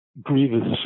grievous